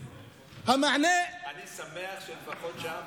אני שמח שלפחות שם